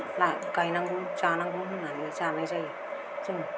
गायनांगौ जानांगौ होननानै जानाय जायो जोङो